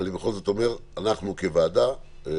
אני בכל זאת אומר: אנחנו כוועדה רוצים